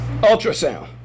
Ultrasound